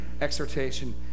exhortation